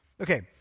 Okay